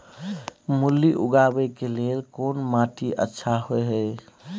मूली उगाबै के लेल कोन माटी अच्छा होय है?